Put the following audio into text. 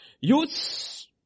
Use